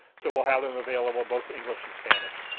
so we'll have them available both english and spanish.